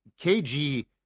KG